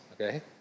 okay